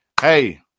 Hey